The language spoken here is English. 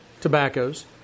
tobaccos